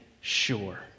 sure